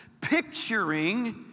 picturing